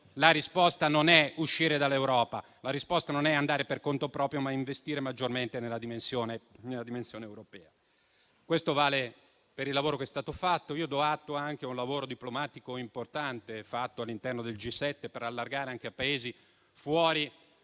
La risposta non è uscire dall'Europa. La risposta non è andare per conto proprio, ma investire maggiormente nella dimensione europea. Questo vale per il lavoro che è stato fatto. Io do atto anche di un lavoro diplomatico importante fatto all'interno del G7 per allargare anche a Paesi fuori